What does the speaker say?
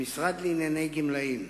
המשרד לענייני גמלאים.